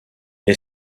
est